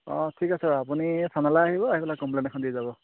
অঁ ঠিক আছে বাৰু আপুনি থানালৈ আহিব আহি পেলাই কমপ্লেইন্ট এখন দি যাব